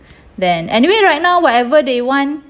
then anyway right now whatever they want